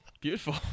Beautiful